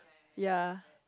ya